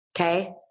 Okay